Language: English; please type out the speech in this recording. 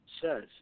says